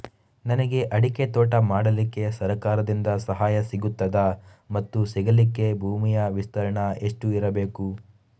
ನನಗೆ ಅಡಿಕೆ ತೋಟ ಮಾಡಲಿಕ್ಕೆ ಸರಕಾರದಿಂದ ಸಹಾಯ ಸಿಗುತ್ತದಾ ಮತ್ತು ಸಿಗಲಿಕ್ಕೆ ಭೂಮಿಯ ವಿಸ್ತೀರ್ಣ ಎಷ್ಟು ಇರಬೇಕು?